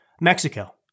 Mexico